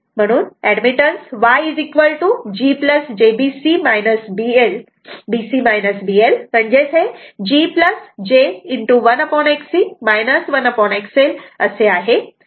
म्हणून admittance YG j B C BL G j 1XC 1XL असा आहे